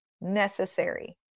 necessary